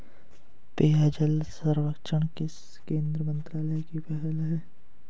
पेयजल सर्वेक्षण किस केंद्रीय मंत्रालय की पहल है?